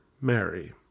Mary